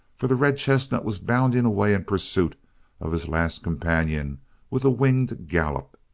for the red-chestnut was bounding away in pursuit of his last companion with a winged gallop.